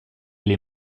les